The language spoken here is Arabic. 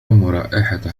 رائحة